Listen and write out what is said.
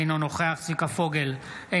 אינו נוכח צביקה פוגל,